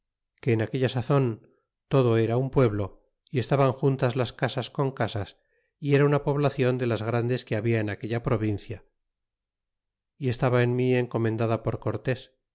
que en aquella sazon todo era un pueblo y estaban juntas casas con casas y era una poblacion de las grandes que habla en aquella provincia y estaba en mí encomendada por cortes